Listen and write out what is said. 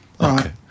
Okay